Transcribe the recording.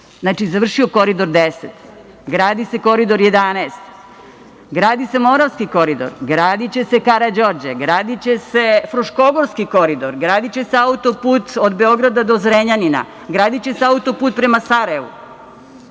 Znači, završio je Koridor 10. Gradi se Koridor 11. Gradi se Moravski koridor. Gradiće se „Karađorđe“, gradiće se Fruškogorski koridor, gradiće se auto-put od Beograda do Zrenjanina, gradiće se auto-put prema Sarajevu.